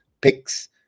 picks